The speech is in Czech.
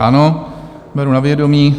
Ano, beru na vědomí.